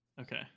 Okay